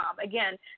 Again